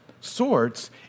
sorts